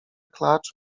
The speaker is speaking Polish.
klacz